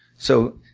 so